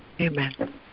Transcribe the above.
Amen